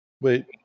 Wait